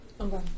Okay